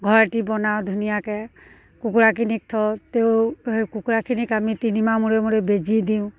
ঘৰ এটি বনাওঁ ধুনীয়াকৈ কুকুৰাখিনিক থওঁ তেওঁ সেই কুকুৰাখিনিক আমি তিনিমাহ মূৰে মূৰে বেজী দিওঁ